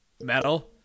metal